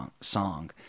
song